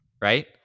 Right